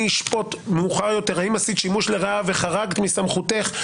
אשפוט מאוחר יותר האם עשית שימוש לרעה וחרגת מסמכותך,